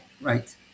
right